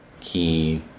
key